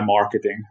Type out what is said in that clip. marketing